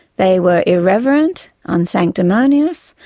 they were irreverent, unsanctimonious,